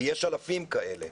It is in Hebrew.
יש אלפים כאלה.